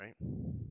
right